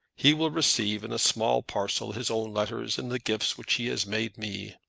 he will receive in a small parcel his own letters and the gifts which he has made me.